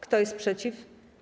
Kto jest przeciw?